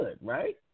right